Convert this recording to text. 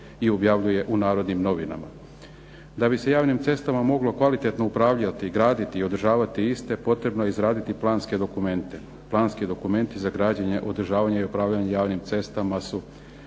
i objavljuje u "Narodnim novinama". Da bi se javnim cestama moglo kvalitetno upravljati, graditi i održavati iste, potrebno je izraditi planske dokumente. Planski dokumenti za građenje, održavanje i upravljanje javnim cestama su